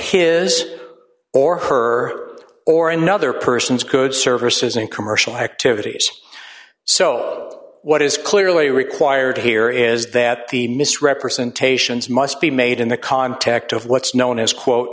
his or her or another person's goods services and commercial activities so what is clearly required here is that the misrepresentations must be made in the context of what's known as quote